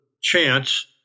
chance